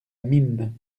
mine